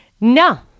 No